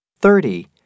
thirty